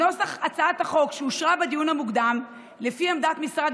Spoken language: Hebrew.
נוסח הצעת החוק שאושר בדיון המוקדם לפי עמדת משרד